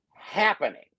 happening